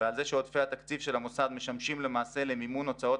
ועל זה שעודפי התקציב של המוסד משמשים למעשה למימון הוצאות